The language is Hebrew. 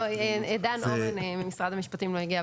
הנציג ממשרד המשפטים לא הגיע,